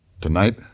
Tonight